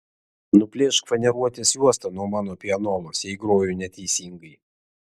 nuplėšk faneruotės juostą nuo mano pianolos jei groju neteisingai